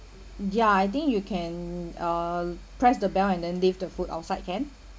ya I think you can uh press the bell and then leave the food outside can